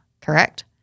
correct